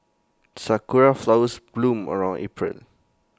Sakura Flowers bloom around April